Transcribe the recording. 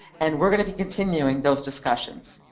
and we're going to be continuing those discussions.